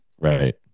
Right